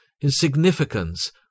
insignificance